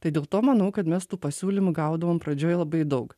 tai dėl to manau kad mes tų pasiūlymų gaudavom pradžioj labai daug